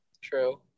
True